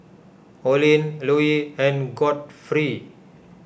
Olin Louie and Godfrey